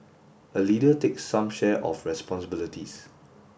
a leader takes some share of responsibilities